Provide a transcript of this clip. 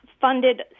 funded